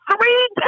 three